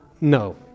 no